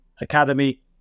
academy